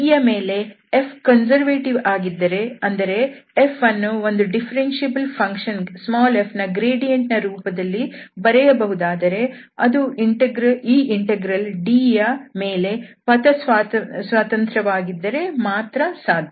D ಯ ಮೇಲೆ F conservative ಆಗಿದ್ದರೆ ಅಂದರೆ F ಅನ್ನು ಒಂದು ಡಿಫರೆನ್ಷಿಯಬಲ್ ಫಂಕ್ಷನ್ f ನ ಗ್ರೇಡಿಯಂಟ್ ನ ರೂಪದಲ್ಲಿ ಬರೆಯಬಹುದಾದರೆ ಅದು ಈ ಇಂಟೆಗ್ರಲ್ D ಯ ಮೇಲೆ ಪಥ ಸ್ವತಂತ್ರವಾಗಿದ್ದರೆ ಮಾತ್ರ ಸಾಧ್ಯ